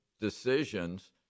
decisions